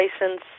license